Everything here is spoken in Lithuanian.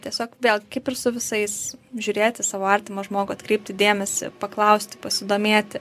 tiesiog vėl kaip ir su visais žiūrėti savo artimą žmogų atkreipti dėmesį paklausti pasidomėti